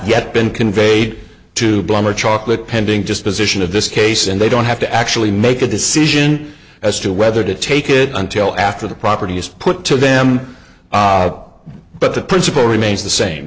yet been conveyed to blom or chocolate pending just position of this case and they don't have to actually make a decision as to whether to take it until after the property is put to them but the principle remains the same